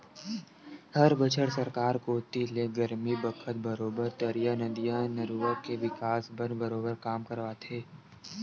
हर बछर सरकार कोती ले गरमी बखत बरोबर तरिया, नदिया, नरूवा के बिकास बर बरोबर काम करवाथे